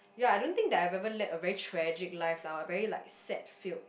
ya I don't think that I've ever led a very tragic life lah a very like sad filled